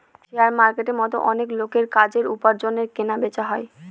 share মার্কেটের মতো অনেক লোকের কাজের, উপার্জনের কেনা বেচা হয়